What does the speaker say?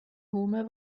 hume